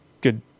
good